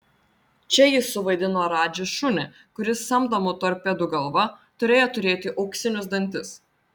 čia jis suvaidino radži šunį kuris samdomų torpedų galva turėjo turėti auksinius dantis